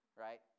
right